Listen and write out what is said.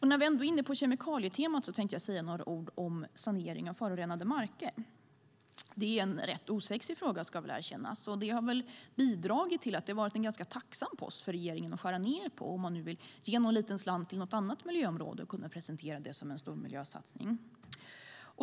När vi ändå är inne på kemikalietemat tänkte jag säga några ord om sanering av förorenade marker. Det är en rätt osexig fråga, ska jag erkänna. Det har nog bidragit till att det har varit en ganska tacksam post för regeringen att skära ned på om man nu vill ge någon liten slant till något annat miljöområde och kunna presentera det som en stor miljösatsning.